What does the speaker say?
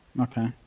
Okay